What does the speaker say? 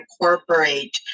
incorporate